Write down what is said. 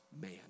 man